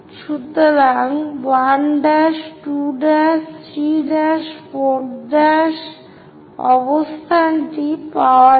করি সুতরাং 1 ' 2' 3 ' 4' অবস্থান টি পাওয়া যাবে